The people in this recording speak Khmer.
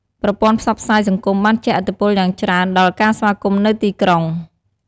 ប្រព័ន្ធផ្សព្វផ្សាយសង្គមបានជះឥទ្ធិពលយ៉ាងច្រើនដល់ ការស្វាគមន៍នៅទីក្រុង។